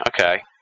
Okay